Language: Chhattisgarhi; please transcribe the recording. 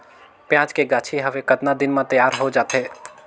पियाज के गाछी हवे कतना दिन म तैयार हों जा थे?